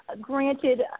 granted